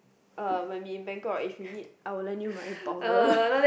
uh when we in Bangkok right if you need I will lend you my powder